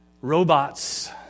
robots